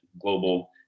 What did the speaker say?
global